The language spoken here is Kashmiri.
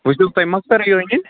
وُچھِو تۄہہِ ما تریو ٲدی